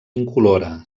incolora